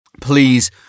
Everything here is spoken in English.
please